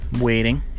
waiting